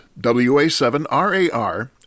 WA7RAR